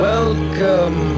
Welcome